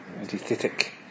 Antithetic